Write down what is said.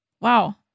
wow